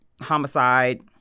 homicide